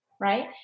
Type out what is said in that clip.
right